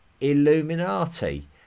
illuminati